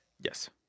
Yes